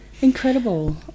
Incredible